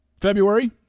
february